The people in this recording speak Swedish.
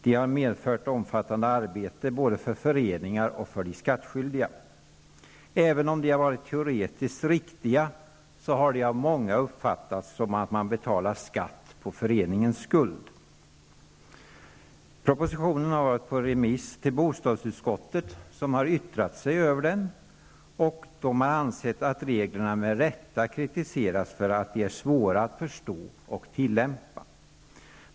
De har medfört omfattande arbete både för föreningarna och för de skattskyldiga. Även om de varit teoretiskt riktiga har de av många uppfattats så, att man betalar skatt på föreningens skuld. Propositionen har varit på remiss till bostadsutskottet, som yttrat sig över den och därvid ansett att reglerna med rätta kritiserats för att de är svåra att förstå och tillämpa.